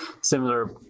similar